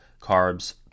carbs